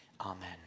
Amen